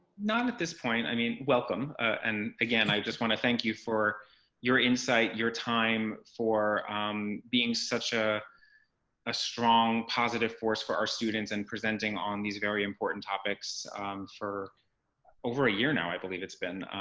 not at this point. i mean welcome and again i just want to thank you for your insight, your time, for um being such ah a strong positive force for our students and presenting on these very important topics for over a year now, i believe it's been.